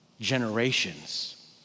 generations